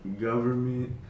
government